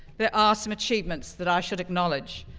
there are some achievements that i should acknowledge.